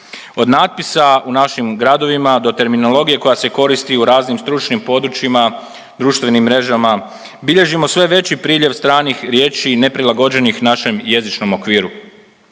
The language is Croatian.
Od natpisa u našim gradovima do terminologije koja se koristi u raznim stručnim područjima, društvenim mrežama, bilježimo sve veći priljev stranih riječi neprilagođenih našem jezičnom okviru.